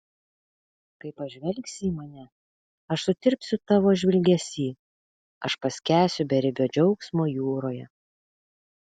kai pažvelgsi į mane aš sutirpsiu tavo žvilgesy aš paskęsiu beribio džiaugsmo jūroje